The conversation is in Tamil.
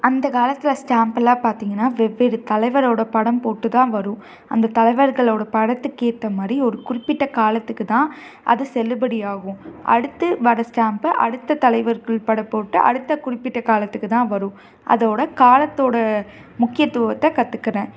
அந்த காலத்தில் ஸ்டாம்ப்பெல்லாம் பார்த்திங்கன்னா வெவ்வேறு தலைவரோட படம் போட்டு தான் வரும் அந்த தலைவர்களோட படத்துக்கேற்ற மாதிரி ஒரு குறிப்பிட்ட காலத்துக்கு தான் அது செல்லுபடி ஆகும் அடுத்து வர்ற ஸ்டாம்ப்பை அடுத்த தலைவர்கள் படம் போட்டு அடுத்த குறிப்பிட்ட காலத்துக்கு தான் வரும் அதோட காலத்தோட முக்கியத்துவத்தை கற்றுக்கிறேன்